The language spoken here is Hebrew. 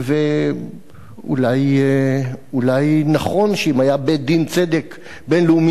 ואולי נכון שאם היה בית-דין צדק בין-לאומי אמיתי,